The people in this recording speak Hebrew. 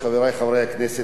חברי חברי הכנסת,